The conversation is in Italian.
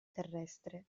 terrestre